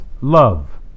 love